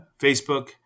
Facebook